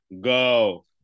go